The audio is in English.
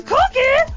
Cookie